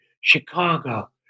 Chicago